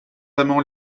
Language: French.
amand